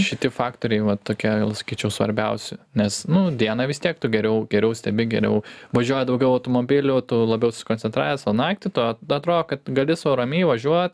šitie faktoriai va tokie sakyčiau svarbiausi nes nu dieną vis tiek tu geriau geriau stebi geriau važiuoja daugiau automobilių o tu labiau susikoncentravęs o naktį tu atrodo kad gali sau ramiai važiuot